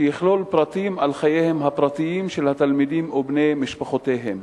שיכלול פרטים על חייהם הפרטיים של התלמידים ובני משפחותיהם.